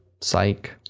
Psych